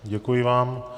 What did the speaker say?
Děkuji vám.